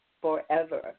forever